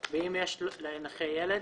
ואם יש לנכה ילד,